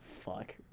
Fuck